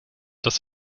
dass